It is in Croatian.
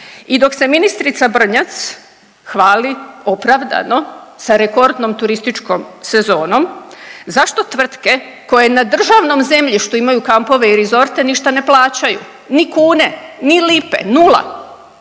I dok se ministrica Brnjac hvali opravdano sa rekordnom turističkom sezonom, zašto tvrtke koje na državnom zemljištu imaju kampove i rizorte ništa ne plaćaju, ni kune, ni lipe, nula,